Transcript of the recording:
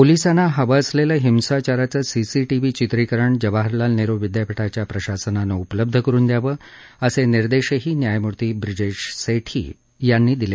पोलिसांना हवं असलेलं हिंसाचाराचं सीसीटीव्ही चित्रीकरण जवाहरलाल नेहरु विद्यापीठाच्या प्रशासनानं उपलब्ध करुन द्यावं असे निर्देशही न्यायमूर्ती ब्रिजेश सेठी यांनी दिले